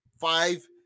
Five